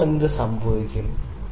ഇപ്പോൾ എന്ത് സംഭവിക്കും